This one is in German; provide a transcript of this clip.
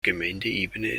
gemeindeebene